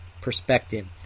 perspective